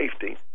safety